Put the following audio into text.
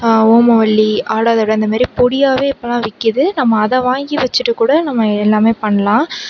ஓமவல்லி ஆடாதொடை அந்த மாதிரி பொடியாகவே இப்போலாம் விற்கித்து நம்ம அதை வாங்கி வச்சிகிட்டு கூட நம்ம எல்லாமே பண்ணலாம்